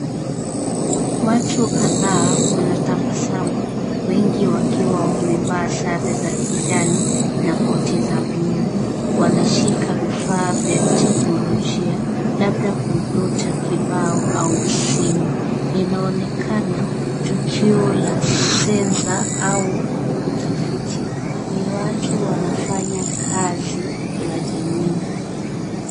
Watu kadhaa wanatabasamu wengi wakiwa wamevaa sare za kijani na koti za blue . Wanashika vifaa vya teknologia labda komputa kibao au simu. Inaonekana tokea la sensa au utafiti. Ni watu wanafanya kazi ya jamii.